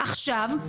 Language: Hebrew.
עכשיו,